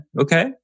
Okay